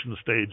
stage